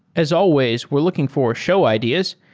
as always, we're looking for show ideas.